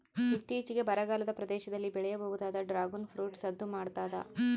ಇತ್ತೀಚಿಗೆ ಬರಗಾಲದ ಪ್ರದೇಶದಲ್ಲಿ ಬೆಳೆಯಬಹುದಾದ ಡ್ರಾಗುನ್ ಫ್ರೂಟ್ ಸದ್ದು ಮಾಡ್ತಾದ